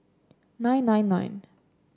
nine nine nine